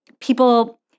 people